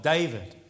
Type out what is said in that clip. David